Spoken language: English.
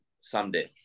someday